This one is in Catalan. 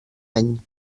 any